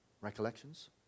recollections